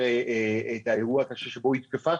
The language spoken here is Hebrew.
את האירוע הקשה שבו היא הותקפה.